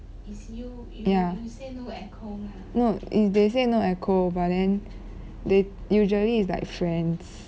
ya no is they say no echo but then they usually is like friends